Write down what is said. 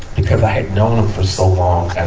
because i had known for so long,